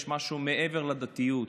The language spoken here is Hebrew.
יש משהו מעבר לדתיות.